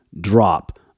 drop